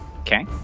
okay